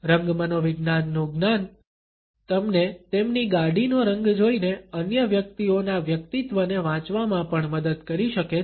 રંગ મનોવિજ્ઞાનનું જ્ઞાન તમને તેમની ગાડીનો રંગ જોઈને અન્ય વ્યક્તિઓના વ્યક્તિત્વને વાંચવામાં પણ મદદ કરી શકે છે